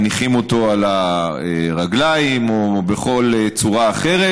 מניחים אותו על הרגליים או בכל צורה אחרת,